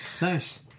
nice